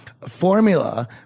formula